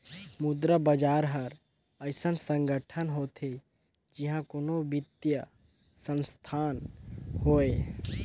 मुद्रा बजार हर अइसन संगठन होथे जिहां कोनो बित्तीय संस्थान होए